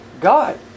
God